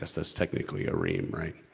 that's that's technically a ream, right?